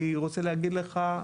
אני רוצה להגיד לך,